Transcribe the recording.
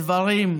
בדברים: